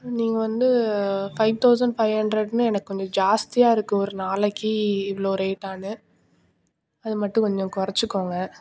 நீங்கள் வந்து five thousand five ஹண்ட்ரட்னு எனக்கு கொஞ்சம் ஜாஸ்தியாக இருக்குது ஒரு நாளைக்கு இவ்வளோ ரேட்டானு அது மட்டும் கொஞ்சம் கொறைச்சிக்கோங்க